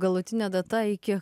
galutinė data iki